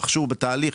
רכשו בתהליך,